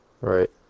Right